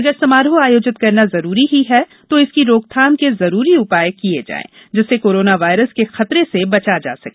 अगर समारोह आयोजित करना जरूरी ही हो तो उसकी रोकथाम के जरूरी उपाय किए जाएं जिससे कोरोना वायरस के खतरे से बचा जा सके